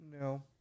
No